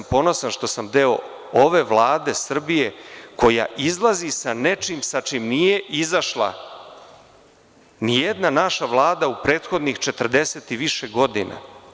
Ponosan sam što sam deo ove Vlade Srbije koja izlazi sa nečim sa čime nije izašla ni jedna naša Vlada u prethodnih 40 i više godina.